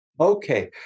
Okay